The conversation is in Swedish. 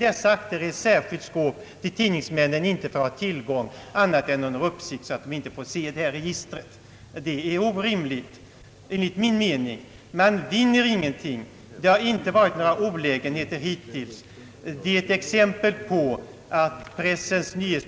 Detta får väl då ske t.ex. genom att man, så snart ett polisregister inkommer, lägger in akten i ett särskilt skåp, till vilket tidningsmännen endast kan få tillgång under uppsikt. Detta är ett orimligt förhållande enligt min mening. Man vinner ingenting med detta. Inga olägenheter har, såvitt jag vet, försports med den